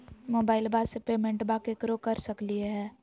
मोबाइलबा से पेमेंटबा केकरो कर सकलिए है?